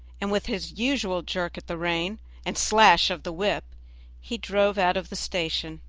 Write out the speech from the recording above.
and with his usual jerk at the rein and slash of the whip he drove out of the station.